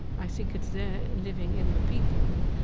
i think it's there living in the people,